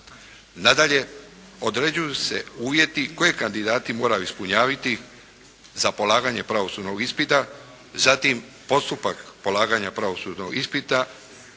Nadalje određuju se uvjeti koje kandidati moraju ispunjavati za polaganje pravosudnog ispita, zatim postupak polaganja pravosudnog ispita